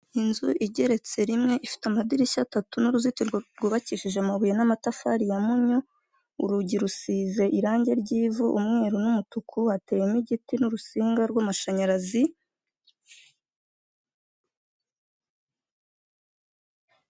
Inzu igeretse rimwe ifite amadirishya atatu n'uruzitirwo rwubakishije amabuye n'amatafari ya mpunyu, urugi rusize irangi ry'ivu, umweru n'umutuku, hateyemo igiti n'urusinga rw'amashanyarazi.